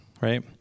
right